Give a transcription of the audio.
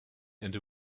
and